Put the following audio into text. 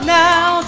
now